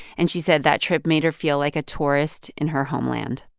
and she said that trip made her feel like a tourist in her homeland